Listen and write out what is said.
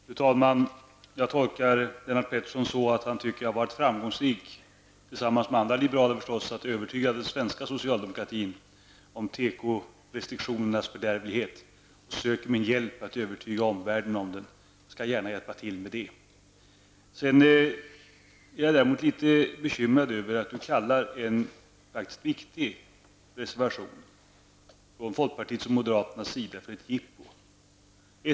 Fru talman! Jag tolkar Lennart Pettersson så, att han anser att jag tillsammans med andra liberaler varit framgångsrik att övertyga den svenska socialdemokratin om tekorestriktionernas fördärvlighet och söker min hjälp att övertyga omvärlden om detta. Jag skall gärna hjälpa till med det. Jag är däremot litet bekymrad över att Lennart Pettersson kallar en viktig reservation från folkpartiet och moderaterna för ett jippo.